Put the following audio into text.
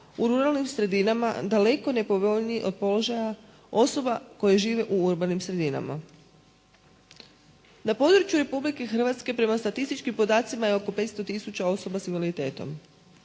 u ruralnim sredinama daleko nepovoljniji od položaja osoba koje žive u urbanim sredinama. Na području Republike Hrvatske prema statističkim podacima je oko 500 tisuća osoba sa invaliditetom.